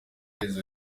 iherezo